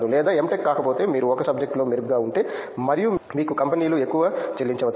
లేదు M tech కాకపోతే మీరు ఒక సబ్జెక్టులో మెరుగ్గా ఉంటే మరియు మీకు కంపెనీలు ఎక్కువ చెల్లించవచ్చు